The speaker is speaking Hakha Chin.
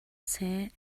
seh